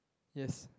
yes